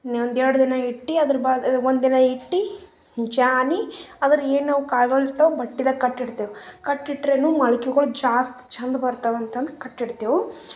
ಒಂದು ಎರಡು ದಿನ ಇಟ್ಟು ಅದರ ಬಾದ್ ಒಂದು ದಿನ ಇಟ್ಟು ಜಾನಿ ಅದರ ಏನು ಕಾಳ್ಗಳಿರ್ತಾವೆ ಬಟ್ಟೆದಾಗ ಕಟ್ಟಿಡ್ತೇವೆ ಕಟ್ಟಿಟ್ರೆನು ಮೊಳ್ಕಿಗಳು ಜಾಸ್ತಿ ಚಂದ ಬರ್ತವೆ ಅಂತಂದು ಕಟ್ಟಿಡ್ತೇವೆ